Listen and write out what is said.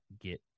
get